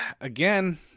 Again